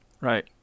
Right